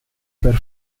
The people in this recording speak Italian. per